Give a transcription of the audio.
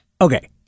Okay